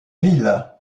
ville